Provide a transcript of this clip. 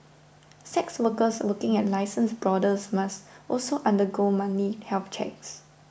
sex workers working at licensed brothels must also undergo monthly health checks